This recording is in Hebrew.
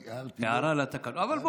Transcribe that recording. עזוב, אנחנו